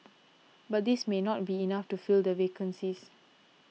but this may not be enough to fill the vacancies